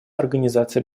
организации